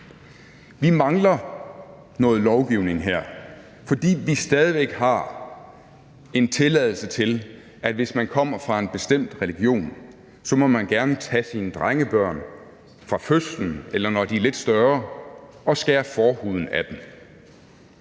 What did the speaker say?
Vi mangler noget lovgivning her, fordi vi stadig væk har en tilladelse til, at hvis man kommer fra en bestemt religion, må man gerne tage sine drengebørn fra fødslen, eller når de er lidt større, og skære forhuden af dem.